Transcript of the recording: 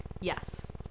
Yes